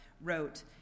wrote